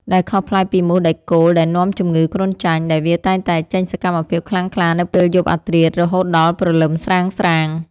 ដែលខុសប្លែកពីមូសដែកគោលដែលនាំជំងឺគ្រុនចាញ់ ដែលវាតែងតែចេញសកម្មភាពខ្លាំងក្លានៅពេលយប់អាធ្រាត្ររហូតដល់ព្រលឹមស្រាងៗ។